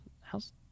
How's